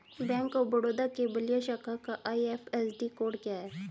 Bank of Baroda के बलिया शाखा का आई.एफ.एस.सी कोड क्या है?